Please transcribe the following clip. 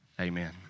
amen